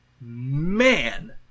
man